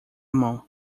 mão